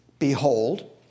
Behold